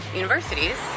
universities